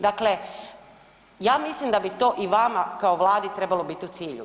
Dakle, ja mislim da bi to i vama kao Vladi trebalo biti u cilju.